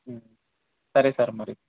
సరే సార్ మరి